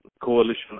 coalition